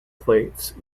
plates